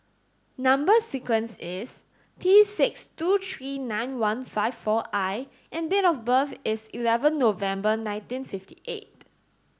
number sequence is T six two three nine one five four I and date of birth is eleven November nineteen fifty eight